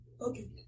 okay